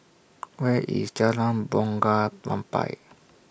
Where IS Jalan Bunga Rampai